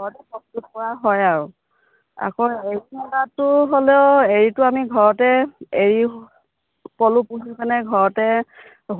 ঘৰতে প্ৰস্তুত কৰা হয় আৰু আকৌ এৰী সূতাতো হ'লেও এৰীটো আমি ঘৰতে এৰী পলু পুহি মানে ঘৰতে